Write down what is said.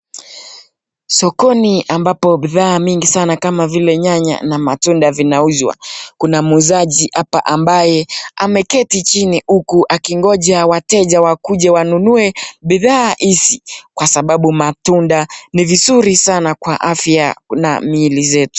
Sokoni ambapo bidhaa mingi sana kama vile nyanya na matunda zinauzwa. Kuna muuzaji hapa ambaye ameketi chini huku akingoja wateja wakuje wanunue bidhaa hizi kwa sababu matunda ni vizuri sana kwa afya na miili zetu.